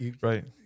Right